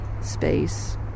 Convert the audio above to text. space